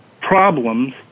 problems